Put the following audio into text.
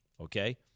okay